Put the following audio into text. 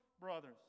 brothers